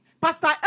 Pastor